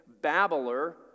babbler